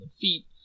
feet